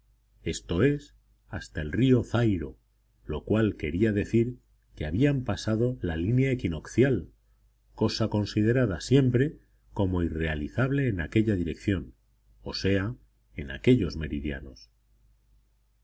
esto es hasta el río zairo lo cual quería decir que habían pasado la línea equinoccial cosa considerada siempre como irrealizable en aquella dirección o sea en aquellos meridianos